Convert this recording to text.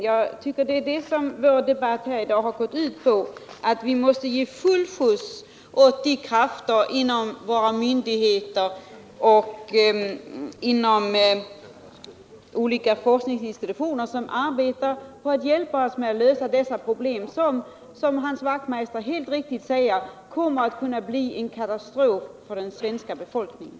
Vad vår debatt här i dag har gått ut på är att vi måste ge full skjuts åt de krafter inom myndigheter och forskningsinstitutioner som arbetar på att hjälpa oss att lösa dessa problem, vilka — som Hans Wachtmeister helt riktigt säger — kan komma att bli en katastrof för den svenska befolkningen.